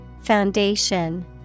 Foundation